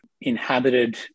inhabited